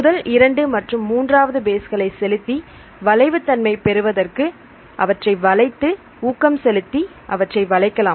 முதல் இரண்டு மற்றும் மூன்றாவது பேஸ் களை செலுத்தி வளைவு தன்மை பெறுவதற்கு அவற்றை வலைத்து ஊக்கம் செலுத்தி அவற்றை வளைக்கலாம்